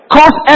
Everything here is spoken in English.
Cause